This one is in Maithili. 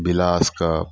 गिलासकप